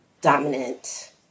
dominant